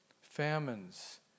famines